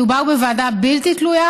מדובר בוועדה בלתי תלויה,